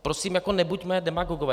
Prosím nebuďme demagogové.